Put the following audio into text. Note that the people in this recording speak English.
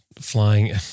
flying